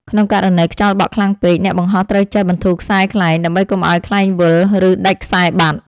ក្នុងករណីខ្យល់បក់ខ្លាំងពេក អ្នកបង្ហោះត្រូវចេះបន្ធូរខ្សែខ្លែង ដើម្បីកុំឱ្យខ្លែងវិល ឬដាច់ខ្សែបាត់។